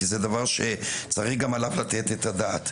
כי זה דבר שצריך גם עליו לתת את הדעת.